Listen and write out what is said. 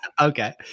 okay